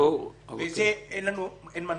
אין מנוס.